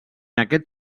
aquest